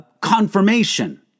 confirmation